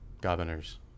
governors